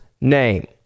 name